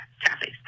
traffic